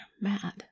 mad